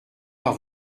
par